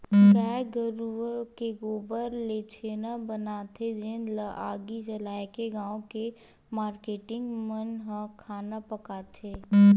गाये गरूय के गोबर ले छेना बनाथे जेन ल आगी जलाके गाँव के मारकेटिंग मन ह खाना पकाथे